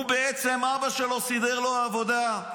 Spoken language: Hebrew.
בעצם אבא שלו סידר לו עבודה,